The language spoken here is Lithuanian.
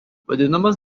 vadinamas